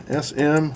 SM